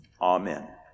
Amen